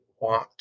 want